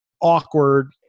awkward